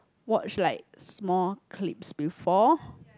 watch like small clips before